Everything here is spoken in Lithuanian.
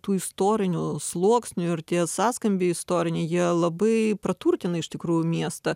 tų istorinių sluoksnių ir tie sąskambiai istoriniai jie labai praturtina iš tikrųjų miestą